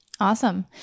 Awesome